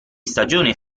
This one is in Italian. stagione